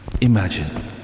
imagine